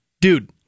Dude